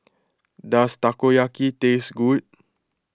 does Takoyaki taste good